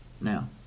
Now